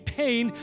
pain